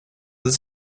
this